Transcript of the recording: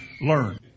learn